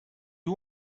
you